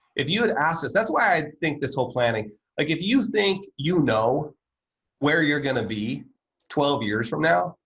if you had assets, that's why i think this whole planning like if you think you know where you're going to be twelve years from now,